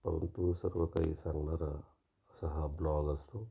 परंतु सर्व काही सांगणारा असा हा ब्लॉग असतो